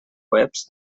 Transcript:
webs